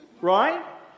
right